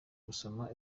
gusoma